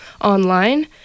online